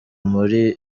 muri